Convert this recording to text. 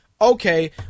Okay